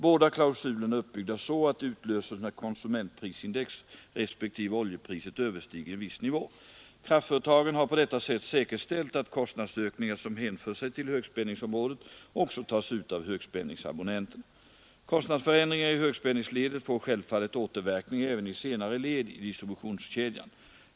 Båda klausulerna är uppbyggda så, att de utlöses när konsumentprisindex respektive oljepriset överstiger en viss nivå. Kraftföretagen har på detta sätt säkerställt att kostnadsökningar som hänför sig till högspänningsområdet också tas ut av högspänningsabonnenterna. Kostnadsförändringar i högspänningsledet får självfallet återverkningar även i senare led i distributionskedjan.